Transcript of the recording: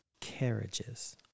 carriages